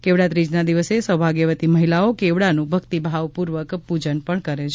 કેવડા ત્રીજના દિવસે સૌભાગ્યવતી મહિલાઓ કેવડાનું ભક્તિભાવ પૂર્વક પૂજન કરે છે